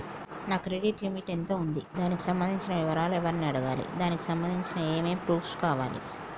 నా credit limit ఎంత ఉంది? దానికి సంబంధించిన వివరాలు ఎవరిని అడగాలి? దానికి సంబంధించిన ఏమేం ప్రూఫ్స్ కావాలి?